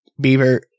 beaver